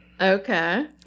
Okay